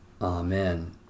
Amen